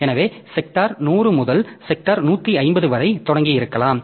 எனவே செக்டார் 100 முதல் செக்டார் 150 வரை தொடங்கி இருக்கலாம்